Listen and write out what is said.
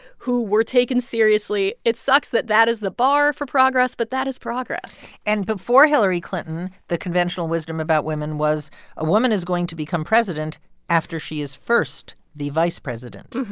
who were taken seriously. it sucks that that is the bar for progress, but that is progress and before hillary clinton, the conventional wisdom about women was a woman is going to become president after she is first the vice president.